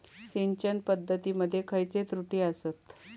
सिंचन पद्धती मध्ये खयचे त्रुटी आसत?